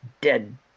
dead